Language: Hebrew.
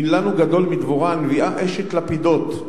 מי לנו גדול מדבורה הנביאה אשת לפידות,